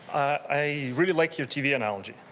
i really like your tv analogy.